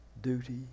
duty